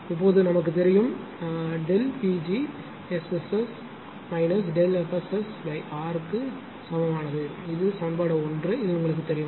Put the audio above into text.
இப்போது நமக்கு தெரியும் Δ〖P g〗SS ΔF SSR சமமானது இது சமன்பாடு 1 இதுவும் உங்களுக்குத் தெரியும்